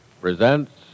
presents